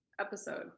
episode